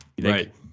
Right